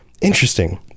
Interesting